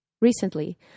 Recently